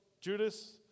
Judas